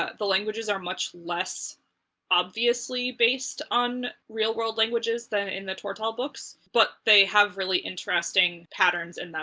ah the languages are much less obviously based on real-world languages than in the tortall books, but they have really interesting patterns in them.